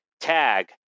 tag